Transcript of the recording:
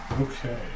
Okay